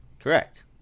Correct